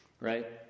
Right